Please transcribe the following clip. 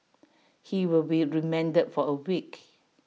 he will be remanded for A week